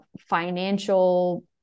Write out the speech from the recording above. financial